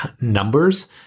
numbers